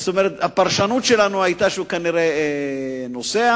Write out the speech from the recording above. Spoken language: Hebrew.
הפרשנות שלנו היתה שהוא כנראה נוסע,